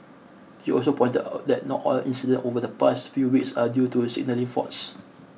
he also pointed out that not all incidents over the past few weeks are due to signalling faults